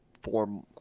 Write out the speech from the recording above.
form